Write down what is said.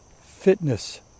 fitness